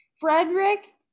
Frederick